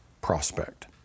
prospect